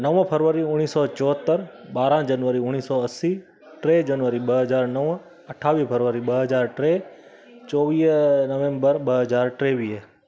नव फरवरी उणिवीह सौ चोहतरि ॿारहं जनवरी उणिवीह सौ असी टे जनवरी ॿ हज़ार नव अठावीह फरवरी ॿ हज़ार टे चोवीह नवंबर ॿ हज़ार टेवीह